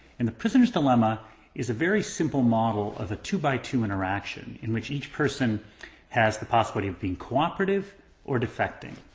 and the prisoner's dilemma is a very simple model of the two by two interaction in which each person has the possibility of being cooperative or defecting.